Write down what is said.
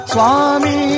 Swami